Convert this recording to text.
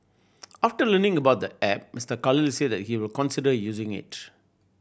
after learning about the app Mister Khalid said that he will consider using it